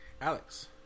Alex